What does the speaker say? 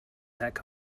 heck